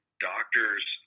doctors